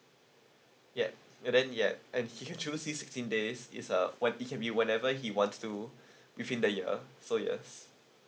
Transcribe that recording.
yup but then he had and he can choose this sixteen days is uh what it can be whenever he wants to within the year so yes